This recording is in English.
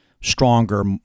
stronger